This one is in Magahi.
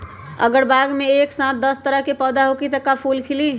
अगर बाग मे एक साथ दस तरह के पौधा होखि त का फुल खिली?